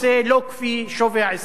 לא כפי שווי העסקה,